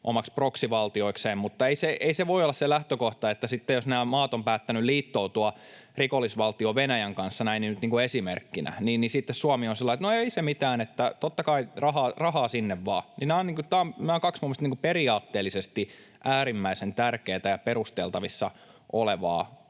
omiksi proxy-valtioikseen, mutta ei se voi olla se lähtökohta, että sitten, jos nämä maat ovat päättäneet liittoutua rikollisvaltio Venäjän kanssa, näin niin kuin esimerkkinä, niin sitten Suomi on sillä lailla, että no, ei se mitään, totta kai rahaa sinne vain. Nämä ovat kaksi periaatteellisesti äärimmäisen tärkeätä ja perusteltavissa olevaa